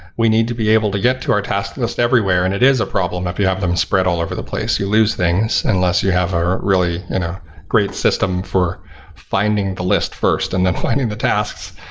we need to be able to get to our task list everywhere, and it is a problem if you have them spread all over the place. you lose things unless you have a really you know great system for finding the list first and then finding the tasks.